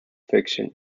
fiction